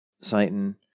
Satan